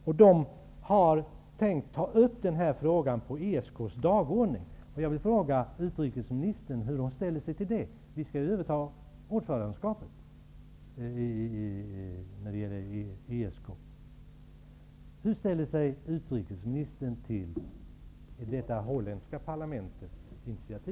Man har tänkt ta upp frågan på ESK:s dagordning. Hur ställer sig utrikesministern till initiativet från det holländska parlamentet? Vi skall ju överta ordförandeskapet i